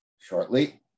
shortly